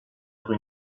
leurs